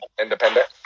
independent